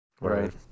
Right